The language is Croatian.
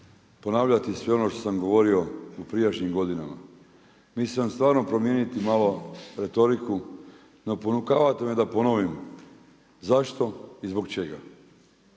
ponavljati sve ono što sam govorio u prijašnjim godinama. Mislio sam stvarno promijeniti malo retoriju no ponukavate me da ponovim zašto i zbog čega.